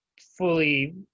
fully